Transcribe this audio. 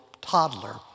toddler